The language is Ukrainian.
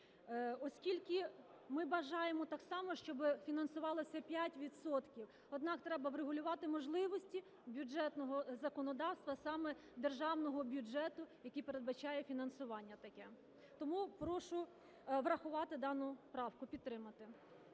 оскільки ми вважаємо так само, щоб фінансувалося 5 відсотків. Однак треба врегулювати можливості бюджетного законодавства саме державного бюджету, який передбачає фінансування таке. Тому прошу врахувати дану правку, підтримати.